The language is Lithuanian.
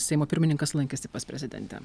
seimo pirmininkas lankėsi pas prezidentę